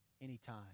anytime